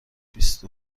بیست